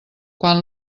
quan